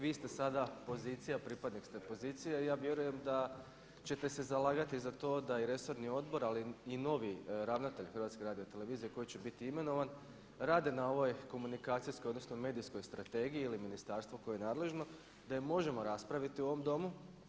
Vi ste sada pozicija, pripadnik ste pozicije i ja vjerujem da ćete se zalagati za to da i resorni odbor, ali i novi ravnatelj Hrvatske radiotelevizije koji će biti imenovan rade na ovoj komunikacijskoj, odnosno medijskoj strategiji ili ministarstvo koje je nadležno da je možemo raspraviti u ovom Domu.